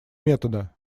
метода